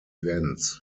events